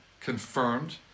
confirmed